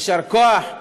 יישר כוח.